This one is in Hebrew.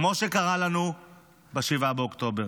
כמו שקרה לנו ב-7 באוקטובר.